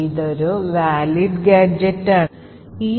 ഇതൊരു സാധുവായ ഗാഡ്ജെറ്റാണെന്ന് നമ്മൾ കണ്ടെത്തി